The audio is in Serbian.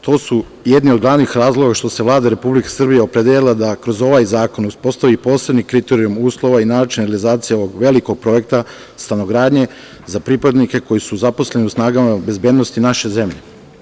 To su jedni od glavnih razloga što se Vlada Republike Srbije opredelila da kroz ovaj zakon uspostavi posebni kriterijum uslova i način realizacije ovog velikog projekta stanogradnje za pripadnike koji su zaposleni u snagama bezbednosti naše zemlje.